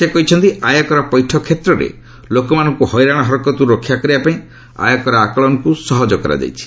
ସେ କହିଛନ୍ତି ଆୟକର ପୈଠ କ୍ଷେତ୍ରରେ ଲୋକମାନଙ୍କୁ ହଇରାଣ ହରକତରୁ ରକ୍ଷା କରିବା ପାଇଁ ଆୟକର ଆକଳନକୁ ସହଜ କରାଯାଇଛି